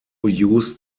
used